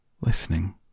listening